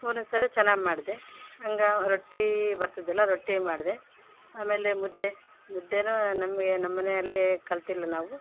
ಮೂರನೇಸಾರೆ ಚೆನ್ನಾಗ್ ಮಾಡಿದೆ ಹಂಗೆ ರೊಟ್ಟಿ ಬರ್ತಿದ್ದಿಲ್ಲ ರೊಟ್ಟಿ ಮಾಡಿದೆ ಆಮೇಲೆ ಮುದ್ದೆ ಮುದ್ದೇನೂ ನಮಗೆ ನಮ್ಮಮನೆಯಲ್ಲಿ ಕಲಿತಿಲ್ಲ ನಾವು